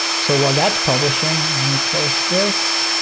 so while that's publishing, let me close this.